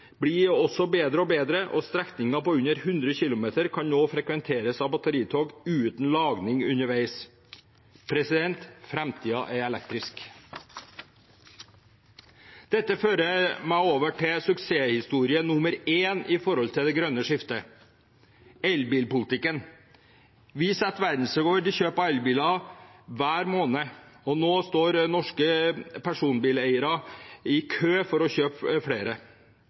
blir også bedre og bedre, og strekninger på under 100 km kan nå frekventeres av batteritog uten lading underveis. Framtiden er elektrisk. Dette fører meg over til suksesshistorie nummer én med hensyn til det grønne skiftet: elbilpolitikken. Vi setter verdensrekord i kjøp av elbiler hver måned, og nå står norske personbileiere i kø for å kjøpe flere. Hvis bilprodusentene forstår sitt eget beste, vil de nå produsere flere